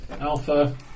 Alpha